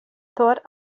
thought